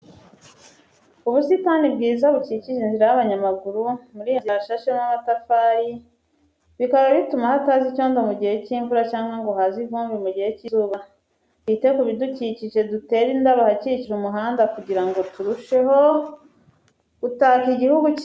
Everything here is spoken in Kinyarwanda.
Ubusitani bwiza bukikije inzira y'abanyamaguru, muri iyo nzira hashashemo amatafari bikaba bituma hataza icyondo mu gihe cy'imvura cyangwa ngo haze ivumbi mu gihe cy'izuba. Twite ku bidukikije, dutere indabo ahakikije umuhanda kugira ngo turusheho gutaka igihugu cyacu.